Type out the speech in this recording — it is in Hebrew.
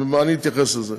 אני אתייחס לזה.